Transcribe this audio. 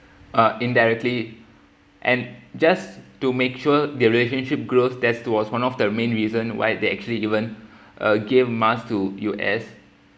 uh indirectly and just to make sure their relationship grows that was one of the main reason why they actually even uh give masks to U_S